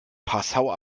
passau